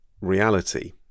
reality